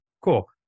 Cool